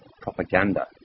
propaganda